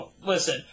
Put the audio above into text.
listen